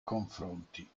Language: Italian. confronti